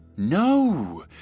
No